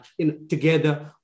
together